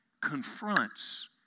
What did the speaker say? confronts